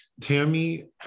Tammy